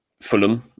Fulham